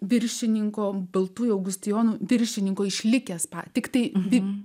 viršininko baltųjų augustijonų viršininko išlikęs pa tiktai vi